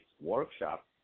workshop